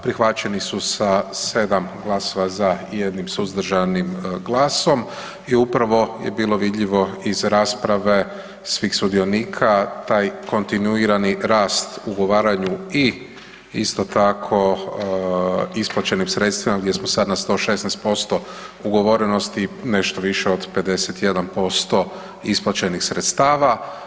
Prihvaćeni su sa 7 glasova za i jednim suzdržanim glasom i upravo je bilo vidljivo iz rasprave svih sudionika taj kontinuirani rast ugovaranju i isto tako isplaćenim sredstvima gdje smo sad na 116% ugovorenosti i nešto više od 51% isplaćenih sredstava.